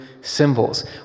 symbols